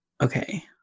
okay